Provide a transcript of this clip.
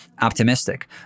optimistic